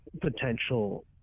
potential